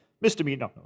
Misdemeanor